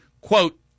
quote